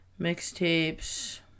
mixtapes